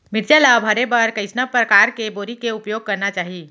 मिरचा ला भरे बर कइसना परकार के बोरी के उपयोग करना चाही?